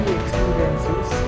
experiences